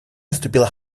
наступила